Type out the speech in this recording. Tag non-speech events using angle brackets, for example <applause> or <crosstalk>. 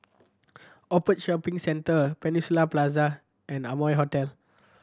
<unintelligible> Shopping Centre Peninsula Plaza and Amoy Hotel